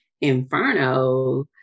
inferno